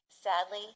Sadly